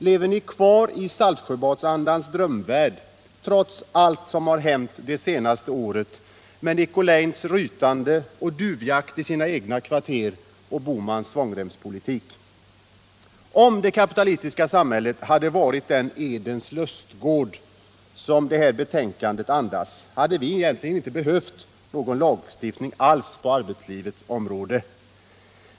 Lever ni kvar i Saltsjöbadsandans drömvärld trots allt som har hänt det senaste året med Nicolins rytande och duvjakt i sina egna kvarter och Bohmans svångremspolitik? Om det kapitalistiska Sverige hade varit den Edens lustgård som det här betänkandet andas, hade vi egentligen inte behövt någon lagstiftning alls på arbetslivets område.